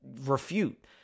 refute